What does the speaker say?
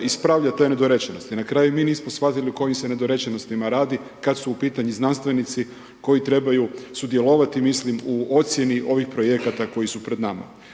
ispravlja te nedorečenosti. Na kraju mi nismo shvatili o kojim se nedorečenostima radi kad su u pitanju znanstvenici koji trebaju sudjelovati mislim u ocjeni ovih projekata koji su pred nama.